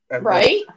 Right